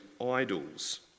idols